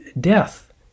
death